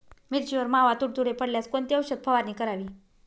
मिरचीवर मावा, तुडतुडे पडल्यास कोणती औषध फवारणी करावी?